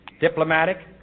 diplomatic